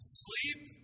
sleep